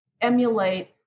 emulate